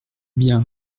bien